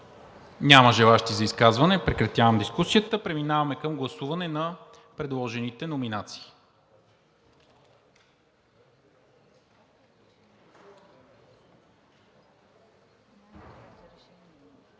няма други изказвания. Прекратявам дискусиите. Преминаваме към гласуване на предложените номинации